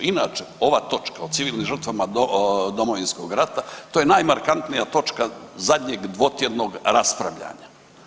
Inače, ova točka, o civilnim žrtvama Domovinskog rata, to je najmarkantnija točka zadnjeg dvotjednog raspravljanja.